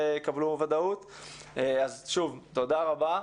תודה רבה.